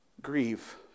Grieve